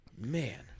man